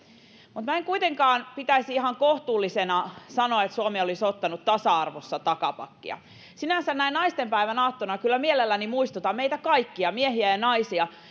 mutta minä en kuitenkaan pitäisi ihan kohtuullisena sanoa että suomi olisi ottanut tasa arvossa takapakkia sinänsä näin naistenpäivän aattona kyllä mielelläni muistutan meitä kaikkia miehiä ja naisia